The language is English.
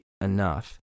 enough